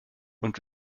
und